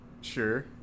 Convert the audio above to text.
Sure